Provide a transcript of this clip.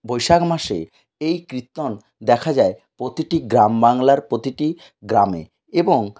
বৈশাখ মাসে এই কীর্তন দেখা যায় প্রতিটি গ্রাম বাংলার প্রতিটি গ্রামে এবং